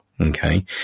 Okay